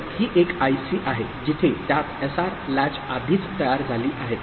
तर ही एक आयसी आहे जिथे त्यात एसआर लॅच आधीच तयार झाली आहे